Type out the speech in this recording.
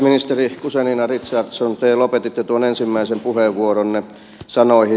ministeri guzenina richardson te lopetitte tuon ensimmäisen puheenvuoronne sanoihin